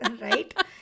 right